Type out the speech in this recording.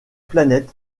planète